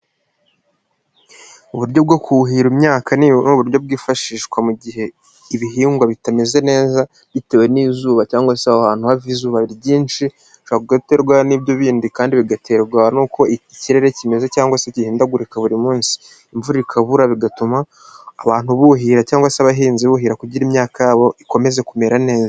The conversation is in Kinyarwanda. Uburyo bwo kuhira imyaka nibura uburyo bwifashishwa mu gihe ibihingwa bitameze neza bitewe n'izuba cyangwa se aho hantu hava izuba ryinshi hagaterwa n'ibyo bindi kandi bigaterwa n'uko ikirere kimeze cyangwa se gihindagurika buri munsi imvura ikabura bigatuma abantu buhira cyangwa se abahinzi buhira kugira imyaka yabo ikomezaze kumera neza.